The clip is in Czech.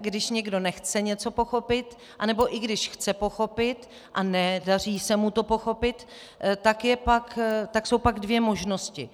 Když někdo nechce něco pochopit a nebo i když chce pochopit a nedaří se mu to pochopit, tak je pak jsou dvě možnosti.